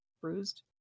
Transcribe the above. Bruised